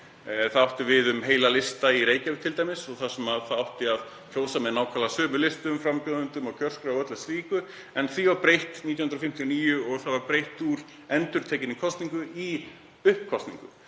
Það átti við um heilan lista í Reykjavík t.d. þar sem átti að kjósa með nákvæmlega sömu listum, frambjóðendum, sömu kjörskrá og öllu slíku, en því var breytt 1959 og breytt úr „endurtekinni kosningu“ í „uppkosningu“.